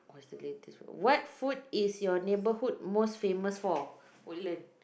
is the latest what food is your neighbourhood most famous for Woodlands